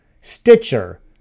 Stitcher